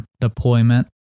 deployment